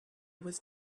was